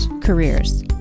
careers